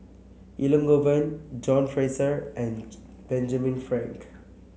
Elangovan John Fraser and Benjamin Frank